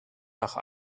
nach